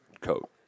coat